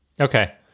Okay